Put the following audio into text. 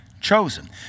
chosen